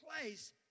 place